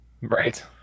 right